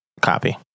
Copy